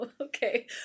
Okay